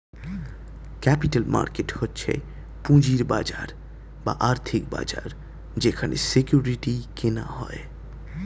capital market হচ্ছে পুঁজির বাজার বা আর্থিক বাজার যেখানে সিকিউরিটি কেনা হয়